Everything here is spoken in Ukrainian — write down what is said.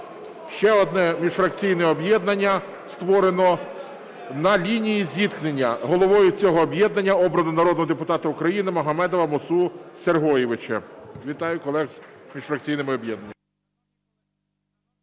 Ще одне міжфракційне об'єднання створено – "На лінії зіткнення". Головою цього об'єднання обрано народного депутата України Магомедова Мусу Сергоєвича. Вітаю колег з міжфракційними об'єднаннями.